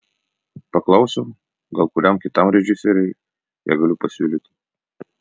paklausiau gal kuriam kitam režisieriui ją galiu pasiūlyti